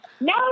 no